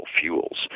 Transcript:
fuels